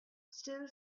still